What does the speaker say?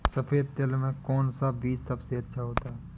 सफेद तिल में कौन सा बीज सबसे अच्छा होता है?